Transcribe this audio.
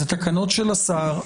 אלה תקנות של השר.